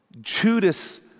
Judas